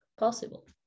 possible